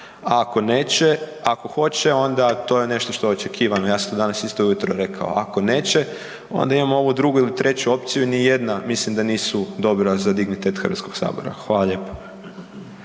ako neće, ako hoće onda to je nešto što je očekivano, ja sam to danas isto ujutro rekao, ako neće onda imamo ovu drugu ili treću opciju, nijedna mislim da nisu dobra za dignitet HS. Hvala lijepo.